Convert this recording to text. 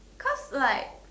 cause like